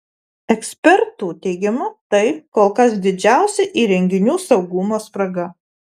ekspertų teigimu tai kol kas didžiausia įrenginių saugumo spraga